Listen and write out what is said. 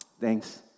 Thanks